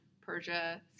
Persia